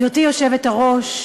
גברתי היושבת-ראש,